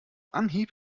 anhieb